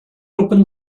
opened